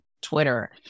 Twitter